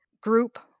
group